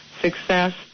Success